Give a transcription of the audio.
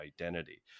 identity